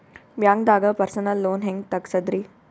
ಬ್ಯಾಂಕ್ದಾಗ personal loan ಹೆಂಗ್ ತಗ್ಸದ್ರಿ?